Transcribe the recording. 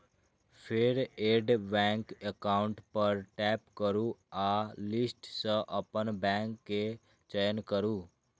फेर add bank account पर tap करू आ लिस्ट सं अपन बैंक के चयन करू